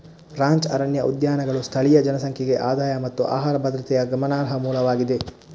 ranch ಅರಣ್ಯ ಉದ್ಯಾನಗಳು ಸ್ಥಳೀಯ ಜನಸಂಖ್ಯೆಗೆ ಆದಾಯ ಮತ್ತು ಆಹಾರ ಭದ್ರತೆಯ ಗಮನಾರ್ಹ ಮೂಲವಾಗಿದೆ